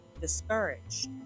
discouraged